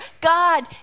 God